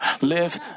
live